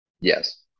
Yes